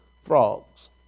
Frogs